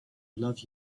love